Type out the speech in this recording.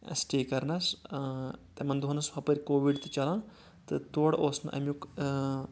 سٹے کرنس تِمن دۄہن اوس ہُپٲرۍ کووِڈ تہِ چلان تہٕ تورٕ اوس نہٕ اَمیُک